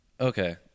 Okay